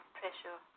pressure